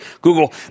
Google